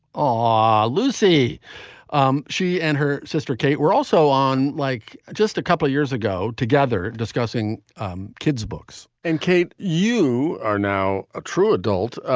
um ah lucy um she and her sister kate were also on like just a couple of years ago together discussing um kids books. and kate, you are now a true adult.